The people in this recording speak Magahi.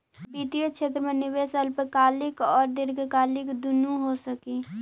वित्तीय क्षेत्र में निवेश अल्पकालिक औउर दीर्घकालिक दुनो हो सकऽ हई